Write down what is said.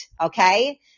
okay